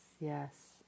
yes